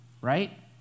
right